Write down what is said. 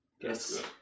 Yes